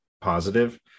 positive